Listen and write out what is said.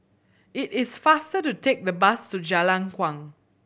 it is faster to take the bus to Jalan Kuang